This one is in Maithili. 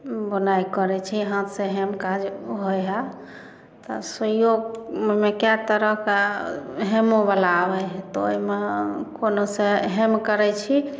बुनाइ करै छियै हाथ से हेम काज होइ हइ तऽ सूइयोमे कए तरहके हेमो बला आबै है तऽ ओहिमे कोनो सँ हेम करै छी